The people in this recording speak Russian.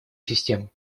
систему